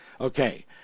Okay